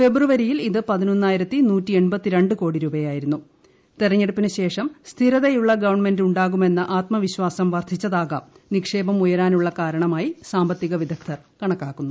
ഫെബ്രുവരിയിൽ ഇത് തിരഞ്ഞെടുപ്പിനുശേഷം സ്ഥിരതയുള്ള ഗവൺമെന്റുണ്ടാകുമെന്ന ആത്മവിശ്വാസം വർദ്ധിച്ചതാകാം നിക്ഷേപം ഉയരാനുള്ള കാരണമായി സാമ്പത്തിക വിദഗ്ധർ കണക്കാക്കുന്നു